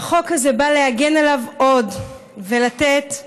והחוק הזה בא להגן עליו עוד ולתת יד,